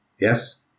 Yes